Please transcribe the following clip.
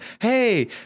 Hey